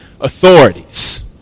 authorities